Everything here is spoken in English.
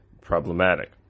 problematic